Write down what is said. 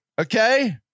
Okay